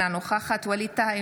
אינה נוכחת ווליד טאהא,